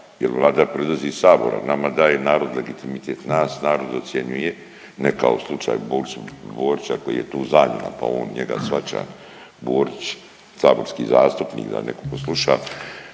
jel Vlada proizlazi iz sabora, nama daje narod legitimitet, nas narod ocjenjuje ne kao slučaj Borića koji je tu zamjena, pa on njega shvaća Borić saborski zastupnik da neko ko sluša